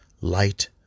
Light